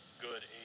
good